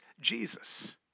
Jesus